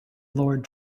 lord